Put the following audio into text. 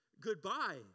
goodbye